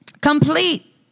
Complete